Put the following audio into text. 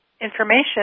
information